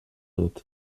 dut